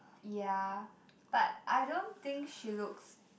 yeah but I don't think she looks